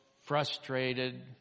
frustrated